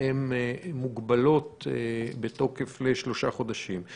מוגבלות בתוקף לשלושה חודשים.